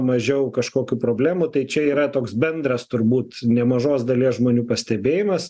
mažiau kažkokių problemų tai čia yra toks bendras turbūt nemažos dalies žmonių pastebėjimas